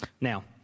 Now